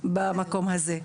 במקום הזה.